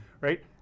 right